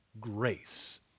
grace